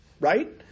right